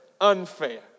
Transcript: unfair